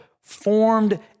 formed